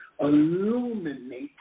illuminate